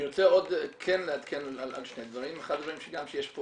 אני רוצה לעדכן על שני דברים, אחד הדברים שיש פה